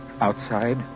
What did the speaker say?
Outside